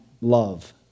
love